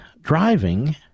driving